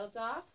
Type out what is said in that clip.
off